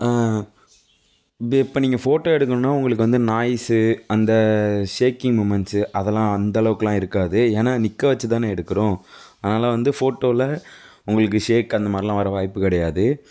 இது இப்போ நீங்கள் போட்டோ எடுக்கணும்னா உங்களுக்கு வந்து நாய்ஸு அந்த சேக்கிங் மொமெண்ட்ஸு அதல்லாம் அந்த அளவுக்கெல்லாம் இருக்காது ஏன்னா நிற்க வச்சுதான எடுக்கிறோம் அதுனால வந்து போட்டோவில் உங்களுக்கு ஷேக் அந்தமாதிரிலாம் வர்றதுக்கு வாய்ப்பு கெடையாது